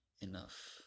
enough